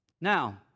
Now